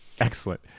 Excellent